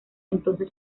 entonces